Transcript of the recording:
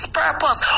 purpose